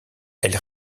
elle